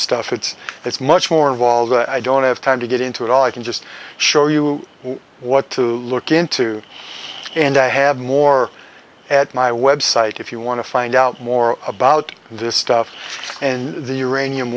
stuff it's that's much more involved i don't have time to get into it all i can just show you what to look into and i have more at my website if you want to find out more about this stuff and the uranium